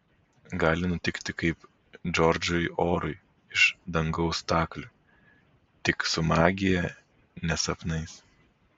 gali nutikti kaip džordžui orui iš dangaus staklių tik su magija ne sapnais